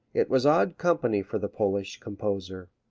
it was odd company for the polish composer.